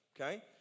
Okay